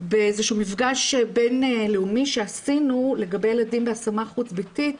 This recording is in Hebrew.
באיזה שהוא מפגש בין-לאומי שעשינו לגבי ילדים בהשמה חוץ-ביתית,